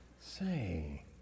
Say